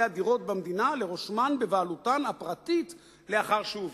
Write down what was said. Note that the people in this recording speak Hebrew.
הדירות במדינה לרושמן בבעלותם הפרטית לאחר שהוונו.